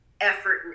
effort